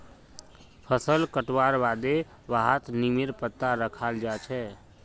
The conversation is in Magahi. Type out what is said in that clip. फसल कटवार बादे वहात् नीमेर पत्ता रखाल् जा छे